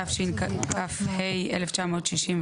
התשכ"ה-1965,